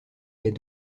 est